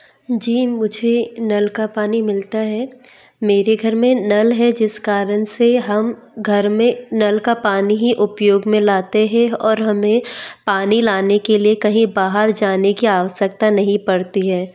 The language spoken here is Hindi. जी मुझे नल का पानी मिलता है मेरे घर में नल है जिस कारण से हम घर में नल का पानी ही उपयोग में लाते हैं और हमें पानी लाने के लिए कहीं बाहर जाने की आवश्यकता नहीं पड़ती है